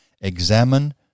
examine